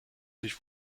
sich